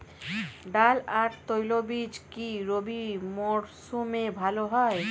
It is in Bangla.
ডাল আর তৈলবীজ কি রবি মরশুমে ভালো হয়?